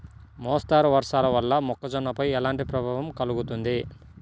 మోస్తరు వర్షాలు వల్ల మొక్కజొన్నపై ఎలాంటి ప్రభావం కలుగుతుంది?